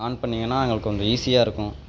on பண்ணிங்கன்னால் எங்களுக்கு கொஞ்சம் ஈஸியாக இருக்கும்